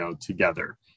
together